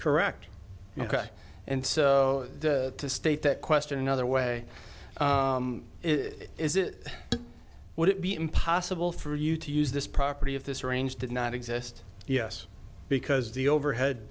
correct ok and so the state that question another way is is it would it be impossible for you to use this property of this range did not exist yes because the overhead